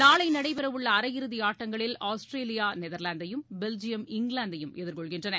நாளை நடைபெறவுள்ள அரையிறுதி ஆட்டங்களில் ஆஸ்திரேலியா நெதர்லாந்தையும் பெல்ஜியம் இங்கிலாந்தையும் எதிர்கொள்கின்றன